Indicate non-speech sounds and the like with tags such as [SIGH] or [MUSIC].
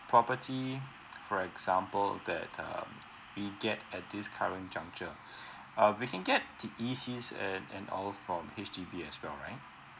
property for example that um we get at this current juncture [BREATH] uh we can get the E_Cs and and all from H_D_B as well right